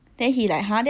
ya